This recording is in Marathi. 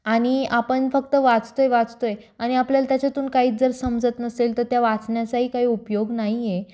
आणि आपण फक्त वाचतो आहे वाचतो आहे आणि आपल्याला त्याच्यातून काहीच जर समजत नसेल तर त्या वाचण्याचाही काही उपयोग नाही आहे